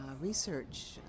research